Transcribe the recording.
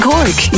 Cork